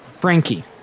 Frankie